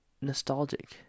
nostalgic